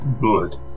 Good